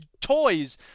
toys